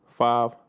Five